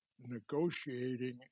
negotiating